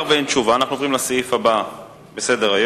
תשובה, אנחנו עוברים לסעיף הבא בסדר-היום: